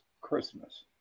Christmas